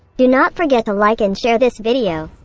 do not forget to like and share this video.